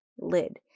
lid